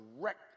direct